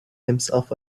himself